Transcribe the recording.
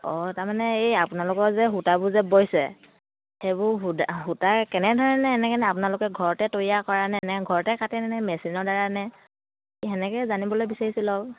অঁ তাৰমানে এই আপোনালোকৰ যে সূতাবোৰ যে বৈছে সেইবোৰ সূদা সূতা কেনে ধৰণেৰে এনেকৈ আপোনালোকে ঘৰতে তৈয়াৰ কৰেনে নে ঘৰতে কাটে নে মেচিনৰ দ্বাৰা নে সেনেকৈ জানিবলৈ বিচাৰিছিলোঁ আৰু